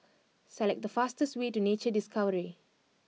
select the fastest way to Nature Discovery